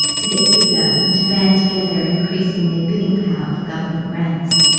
to get bigger and to band together increasing their bidding power for government grants.